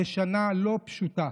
בשנה לא פשוטה,